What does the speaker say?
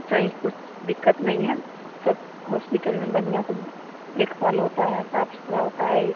सही कुछ दिक्कत नहीं है सब हॉस्पिटल में बढ़ियाँ से देखभाल होता है साफ सुथरा होता है